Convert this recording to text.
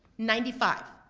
ninety five,